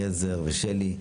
אליעזר ושלי,